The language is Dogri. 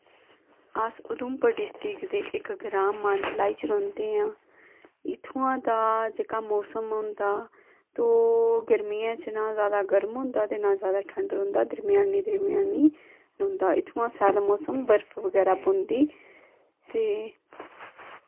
अस उधमपुर डिस्ट्रिक्ट दे इक ग्रां मानतलाई च रौह्न्ने आं इत्थुआं दा जेह्का मौसम होंदा ते ओह् गर्मियें च ना ज्यादा गर्म होंदा ते ना ज्यादा ठंड रौंह्दा दरमियानी दरमियानी रौंह्दा इत्थोआं स्याला मौसम बर्फ वगैरा पौंदी ते